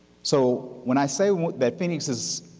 so when i say that phoenix is,